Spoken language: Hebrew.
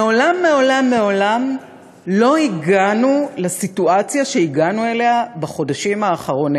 מעולם מעולם מעולם לא הגענו לסיטואציה שהגענו אליה בחודשים האחרונים.